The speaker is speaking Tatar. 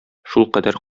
шулкадәр